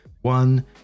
One